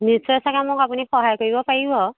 নিশ্চয় চাগে মোক আপুনি সহায় কৰিব পাৰিব